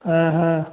हाँ हाँ